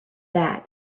that